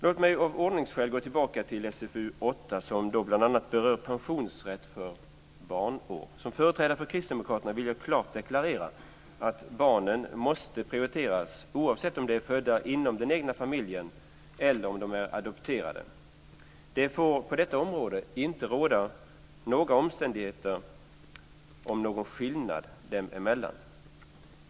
Låt mig av ordningsskäl gå tillbaka till SfU8, som bl.a. berör pensionsrätt för barnår. Som företrädare för Kristdemokraterna vill jag klart deklarera att barnen måste prioriteras, oavsett om de är födda inom den egna familjen eller om de är adopterade. Det får på detta område under inga omständigheter råda någon skillnad dem emellan.